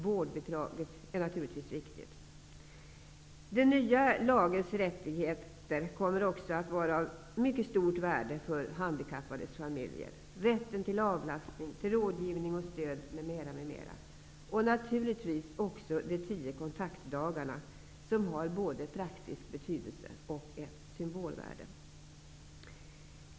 Vårdbidraget är naturligtvis viktigt. Den nya lagens rättigheter kommer också att vara av mycket stort värde för handikappades familjer. Det gäller rätten till avlastning, rådgivning och stöd m.m. och naturligtvis också de 10 kontaktdagarna som har både praktisk betydelse och ett symbolvärde.